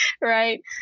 right